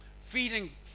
Feeding